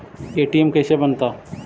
ATM कैसे बनता?